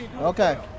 Okay